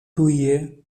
tuje